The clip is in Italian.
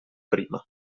prima